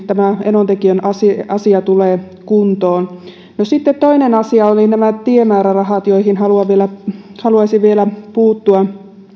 tämä enontekiön asia asia tulee kuntoon no sitten toinen asia oli nämä tiemäärärahat joihin haluaisin vielä puuttua